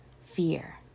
fear